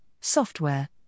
software